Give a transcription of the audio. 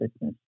business